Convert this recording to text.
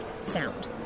sound